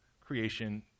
creation